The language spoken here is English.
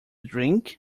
drink